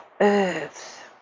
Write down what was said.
Earth